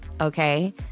okay